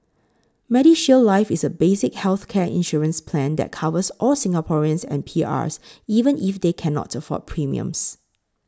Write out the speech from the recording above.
MediShield Life is a basic healthcare insurance plan that covers all Singaporeans and PRs even if they cannot afford premiums